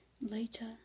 Later